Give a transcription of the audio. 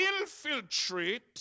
infiltrate